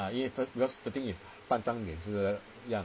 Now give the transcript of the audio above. if if th~ the thing is 大张也是一样